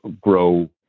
grow